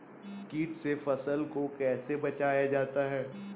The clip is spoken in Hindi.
कीट से फसल को कैसे बचाया जाता हैं?